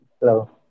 Hello